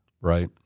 Right